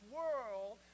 world